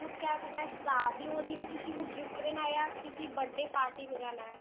तो क्या करना है शादी ओदी में किसी को गिफ्ट देना है या किसी बड्डे पार्टी में जाना है